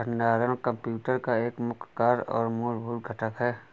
भंडारण कंप्यूटर का एक मुख्य कार्य और मूलभूत घटक है